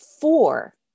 four